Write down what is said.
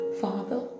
Father